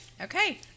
Okay